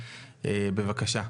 בבקשה.